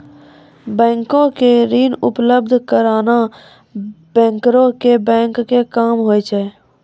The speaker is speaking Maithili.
बैंको के ऋण उपलब्ध कराना बैंकरो के बैंक के काम छै